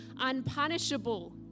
unpunishable